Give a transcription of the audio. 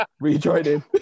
rejoining